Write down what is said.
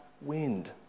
wind